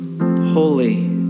holy